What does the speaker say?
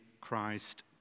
Christ